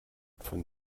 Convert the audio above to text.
von